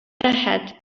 рәхәт